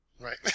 Right